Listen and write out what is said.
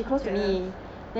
jealous